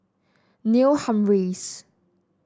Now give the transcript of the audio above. Neil Humphreys